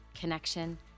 connection